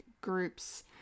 groups